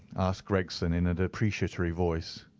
asked gregson in a depreciatory voice.